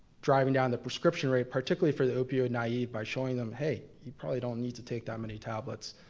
driving down the prescription rate, particularly for the opioid naive by showing them, hey, you probably don't need to take that many tablets,